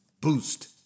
boost